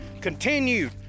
continued